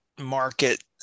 market